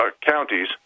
counties